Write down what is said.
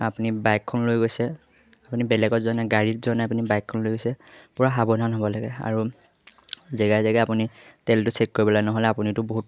আপুনি বাইকখন লৈ গৈছে আপুনি বেলেগত যোৱা নাই গাড়ীত যোৱা নাই আপুনি বাইকখন লৈ গৈছে পুৰা সাৱধান হ'ব লাগে আৰু জেগাই জেগাই আপুনি তেলটো চেক কৰিব লাগে নহ'লে আপুনিটো বহুত